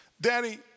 Daddy